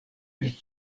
pri